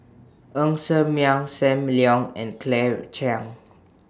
Ng Ser Miang SAM Leong and Claire Chiang